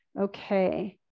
Okay